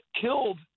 killed